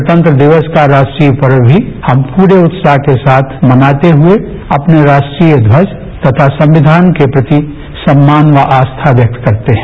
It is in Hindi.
गणतंत्र दिवस का राष्ट्रीय पर्व भी हम पूरे उत्साह के साथ मनाते हुए अपने राष्ट्रीय ध्वज तथा अपने संविधान के प्रति सम्मान व आस्था प्रकट करते है